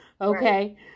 Okay